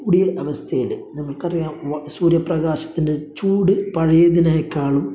കൂടിയ അവസ്ഥയിൽ നമുക്കറിയാം സൂര്യപ്രകാശത്തിന്റെ ചൂട് പഴയതിനേക്കാളും